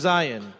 Zion